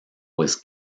was